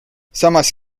samas